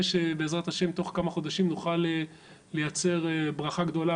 שבעזרת השם בתוך כמה חודשים נוכל לייצר ברכה גדולה